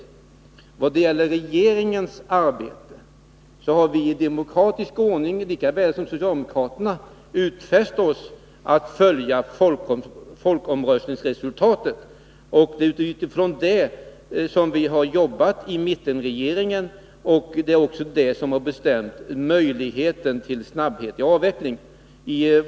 Vad för det andra gäller mittenregeringens arbete har vi lika väl som den socialdemokratiska regeringen i demokratisk ordning utfäst oss att följa folkomröstningsresultatet. Utifrån detta arbetade mittenregeringen, och det var också det som bestämde vilka möjligheter som förelåg när det gällde snabbhet i avvecklingen.